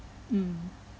mm